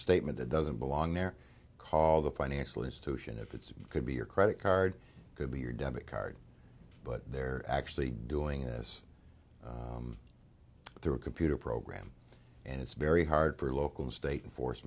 statement that doesn't belong there call the financial institution if it's could be your credit card could be your debit card but they're actually doing this through a computer program and it's very hard for local state and for